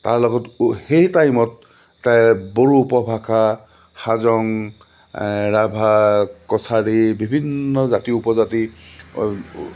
তাৰ লগত সেই টাইমত বড়ো উপভাষা হাজং ৰাভা কছাৰী বিভিন্ন জাতি উপজাতি